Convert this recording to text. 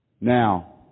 Now